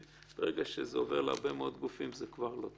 וברגע שזה עובר להרבה מאוד גופים זה כבר לא טוב,